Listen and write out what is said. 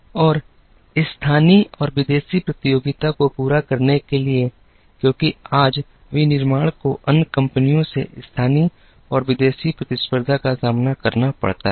और स्थानीय और विदेशी प्रतियोगिता को पूरा करने के लिए क्योंकि आज विनिर्माण को अन्य कंपनियों से स्थानीय और विदेशी प्रतिस्पर्धा का सामना करना पड़ता है